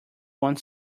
one